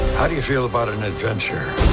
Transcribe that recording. how do you feel about an adventure.